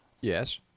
Yes